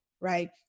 right